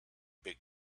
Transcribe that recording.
big